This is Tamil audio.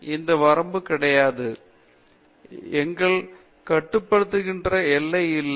எனவே எந்த வரம்பு கிடையாது எங்களை கட்டுப்படுத்துகின்ற எல்லை இல்லை